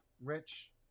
Rich